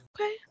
Okay